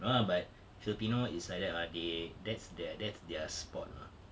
no lah but filipino is like that [what] they that's their that's their sport ah